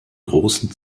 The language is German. großen